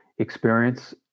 experience